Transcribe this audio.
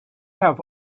have